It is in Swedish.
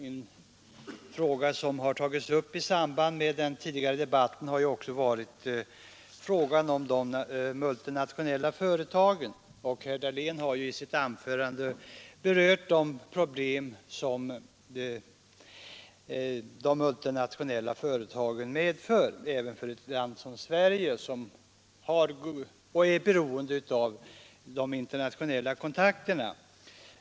En fråga som tagits upp i samband med den tidigare debatten har gällt multinationella företag, och herr Dahlén har i sitt anförande berört de problem som dessa medför även för ett land som Sverige, som är beroende av internationella kontakter.